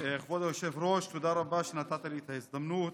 כבוד היושב-ראש, תודה רבה שנתת לי את ההזדמנות.